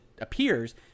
appears